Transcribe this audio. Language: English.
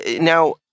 Now